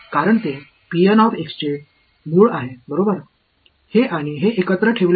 எனவே இதுவரை நாம் இருப்பிடங்களைக் குறிப்பிட்டுள்ளோமா